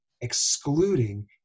excluding